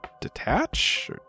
detach